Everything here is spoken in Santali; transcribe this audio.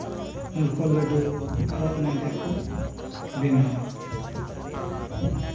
ᱨᱚᱠᱚᱪ ᱞᱟᱹᱰᱩ ᱟᱨᱦᱚᱸ ᱮᱢᱟᱱ ᱛᱮᱭᱟᱜ ᱠᱚ ᱵᱮᱱᱟᱣᱟ